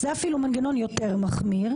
זה אפילו מנגנון יותר מחמיר,